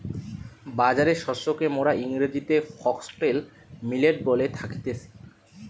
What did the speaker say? বাজরা শস্যকে মোরা ইংরেজিতে ফক্সটেল মিলেট বলে থাকতেছি